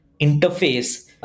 interface